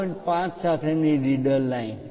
5 સાથેની leader line